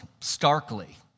starkly